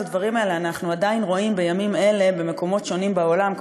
את הדברים האלה אנחנו עדיין רואים בימים אלה במקומות שונים בעולם,